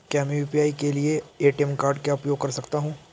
क्या मैं यू.पी.आई के लिए ए.टी.एम कार्ड का उपयोग कर सकता हूँ?